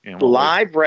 live